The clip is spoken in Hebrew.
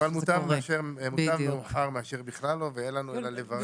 אבל מוטב מאוחר מאשר בכלל לא, ואין לנו אלא לברך.